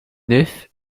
nef